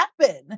happen